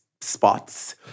spots